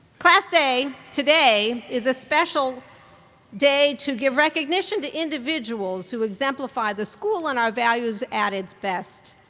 class day today is a special day to give recognition to individuals who exemplify the school and our values at its best.